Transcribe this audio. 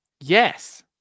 Yes